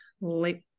late